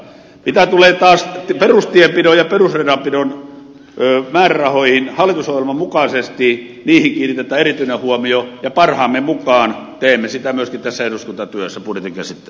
mitä tulee taas perustienpidon ja perusradanpidon määrärahoihin hallitusohjelman mukaisesti niihin kiinnitetään erityinen huomio ja parhaamme mukaan teemme niin myöskin tässä eduskuntatyössä budjetin käsittelyssä